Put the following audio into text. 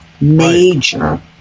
major